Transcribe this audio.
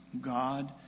God